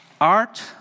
art